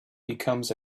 becomes